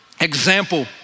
example